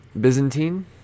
Byzantine